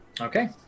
Okay